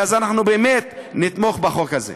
ואז אנחנו באמת נתמוך בחוק הזה.